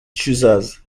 choosers